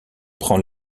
prend